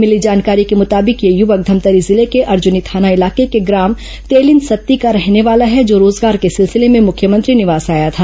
मिली जानकारी के मुताबिक यह यूवक धमतरी जिले के अर्जुनी थाना इलाके के ग्राम तेलिनसत्ती का रहने वाला है जो रोजगार के सिलसिले में मुख्यमंत्री निवास आया था